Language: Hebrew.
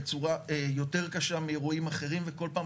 בצורה יותר קשה מאירועים אחרים וכל פעם